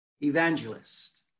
evangelist